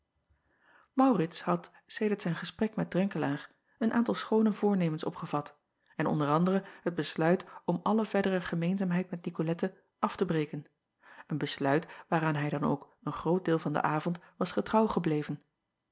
aurits had sedert zijn gesprek met renkelaer een aantal schoone voornemens opgevat en onder anderen het besluit om alle verdere gemeenzaamheid met icolette af te breken een besluit waar aan hij dan ook een groot deel van den avond was getrouw gebleven